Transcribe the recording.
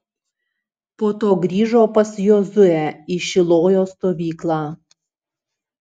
po to grįžo pas jozuę į šilojo stovyklą